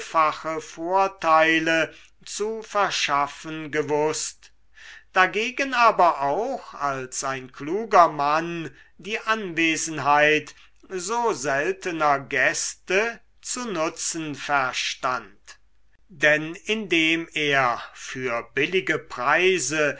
vorteile zu verschaffen gewußt dagegen aber auch als ein kluger mann die anwesenheit so seltener gäste zu nutzen verstand denn indem er für billige preise